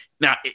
now